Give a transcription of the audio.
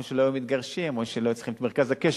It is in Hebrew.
או שלא היו מתגרשים או שלא היו צריכים את מרכז הקשר